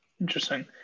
interesting